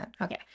okay